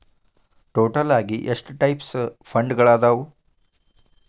total ಆಗಿ ಎಷ್ಟ types ಫಂಡ್ಗಳದಾವ